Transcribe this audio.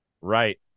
right